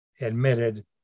admitted